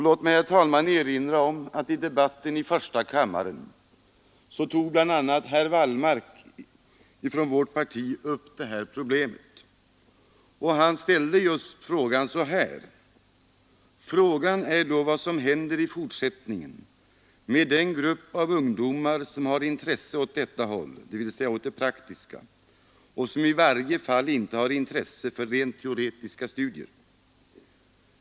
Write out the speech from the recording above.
Låt mig, herr talman, erinra om att bl.a. herr Wallmark från vårt parti i debatten i första kammaren tog upp detta problem. Han ställde då frågan på följande sätt: ”Frågan är då vad som händer i fortsättningen med den grupp av ungdomar som har intresse åt detta håll” — dvs. åt det praktiska hållet — ”och som i varje fall inte har intresse för rent teoretiska studier.